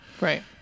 right